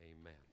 Amen